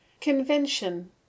Convention